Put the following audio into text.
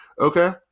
okay